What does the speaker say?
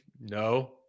No